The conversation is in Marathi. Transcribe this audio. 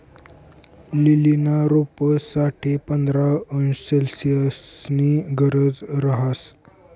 लीलीना रोपंस साठे पंधरा अंश सेल्सिअसनी गरज रहास